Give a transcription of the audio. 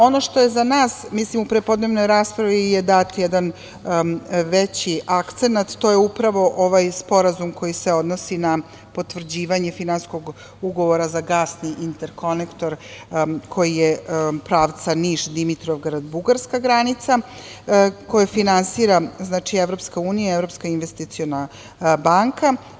Ono što je za nas, mi smo u prepodnevnoj raspravi je dat jedan veći akcenat, to je upravo ovaj sporazum koji se odnosi na potvrđivanje finansijskog ugovora za gasni interkonektor, koji je pravca Niš-Dimitrovgrad- Bugarska granica, koji finansira EU, Evropska investiciona banka.